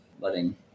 letting